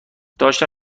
داشتم